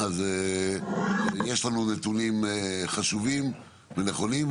יש לנו נתונים חשובים ונכונים,